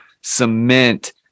cement –